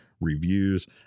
reviews